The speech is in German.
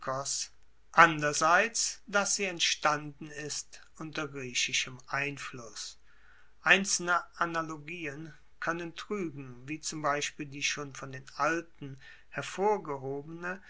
anderseits dass sie entstanden ist unter griechischem einfluss einzelne analogien koennen truegen wie zum beispiel die schon von den alten hervorgehobene